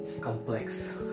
complex